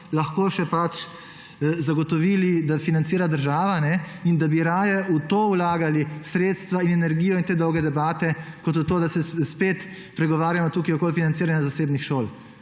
lahko še zagotovili, da financira država, in da bi raje v to vlagali sredstva, energijo in te dolge debate, kot v to, da se spet pregovarjamo tukaj okoli financiranja zasebnih šol,